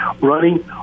running